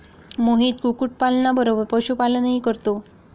मोहित कुक्कुटपालना बरोबर पशुपालनही करतो